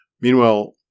Meanwhile